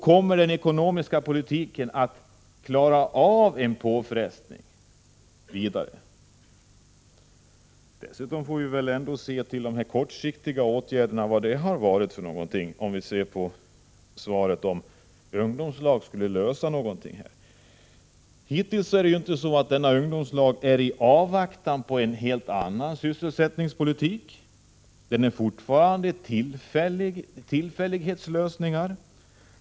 Kommer den ekonomiska politiken att klara av en ytterligare påfrestning? Vi får väl också se till vad de kortsiktiga åtgärderna har lett till. Har ungdomslagen kunnat lösa några problem? Hittills har vi inte sett någonting som tyder på att åtgärden med ungdomslag vidtagits i avvaktan på en helt annan sysselsättningspolitik. Ungdomslagen är fortfarande en tillfällighetslösning.